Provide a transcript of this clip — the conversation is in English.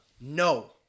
no